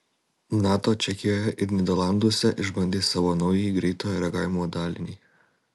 nato čekijoje ir nyderlanduose išbandė savo naująjį greitojo reagavimo dalinį